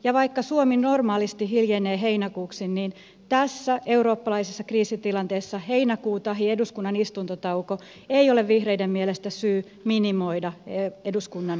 ja vaikka suomi normaalisti hiljenee heinäkuuksi niin tässä eurooppalaisessa kriisitilanteessa heinäkuu tahi eduskunnan istuntotauko ei ole vihreiden mielestä syy minimoida eduskunnan päätösvaltaa